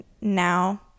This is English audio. now